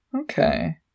okay